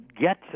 get